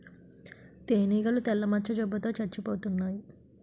తేనీగలు తెల్ల మచ్చ జబ్బు తో సచ్చిపోతన్నాయి